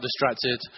distracted